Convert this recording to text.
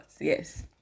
yes